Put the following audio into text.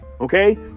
okay